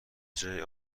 جای